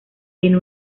tiene